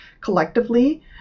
collectively